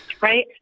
Right